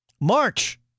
March